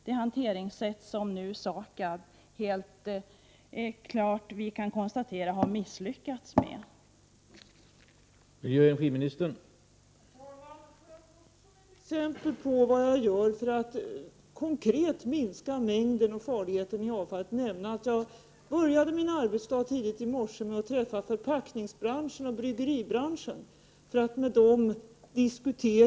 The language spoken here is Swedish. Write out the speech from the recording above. Det kan ju klart konstateras att SAKAB har misslyckats med den uppgiften.